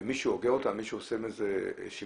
ומי שאוגר אותם, מי שעושה בזה שימוש.